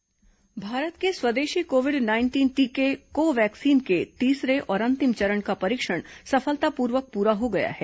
Covaxin परीक्षण भारत के स्वदेशी कोविड नाइंटीन टीके कोवैक्सीन के तीसरे और अंतिम चरण का परीक्षण सफलतापूर्वक प्ररा हो गया है